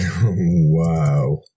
Wow